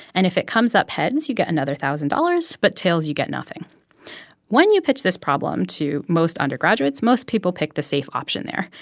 and if it comes up heads, you get another one thousand dollars. but tails, you get nothing when you pitch this problem to most undergraduates, most people pick the safe option there.